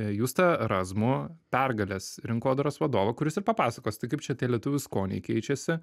justą razumų pergalės rinkodaros vadovą kuris ir papasakos tai kaip čia tie lietuvių skoniai keičiasi